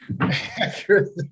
Accurate